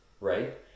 Right